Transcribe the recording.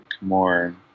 more